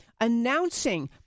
announcing